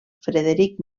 frederic